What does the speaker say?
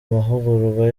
mahugurwa